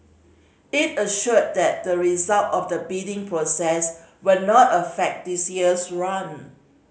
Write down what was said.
it assured that the result of the bidding process will not affect this year's run